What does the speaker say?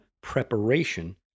preparation